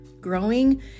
Growing